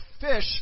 fish